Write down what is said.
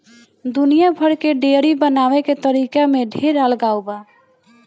दुनिया भर के डेयरी बनावे के तरीका में ढेर अलगाव बा